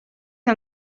que